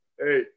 Hey